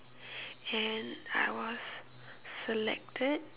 and I was selected